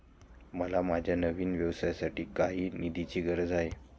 मला माझ्या नवीन व्यवसायासाठी काही निधीची गरज आहे